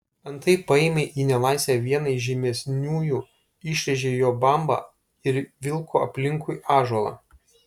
antai paėmė į nelaisvę vieną iš žymesniųjų išrėžė jo bambą ir vilko aplinkui ąžuolą